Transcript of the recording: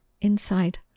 inside